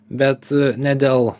bet ne dėl